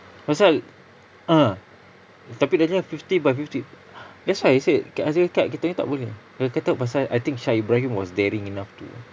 pasal ah tapi dia cakap fifty by fifty that's why I said ka~ saya cakap kita punya tak boleh dia kata pasal shah ibrahim was daring enough to